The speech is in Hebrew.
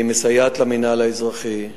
והיא מסייעת למינהל האזרחי.